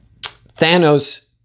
Thanos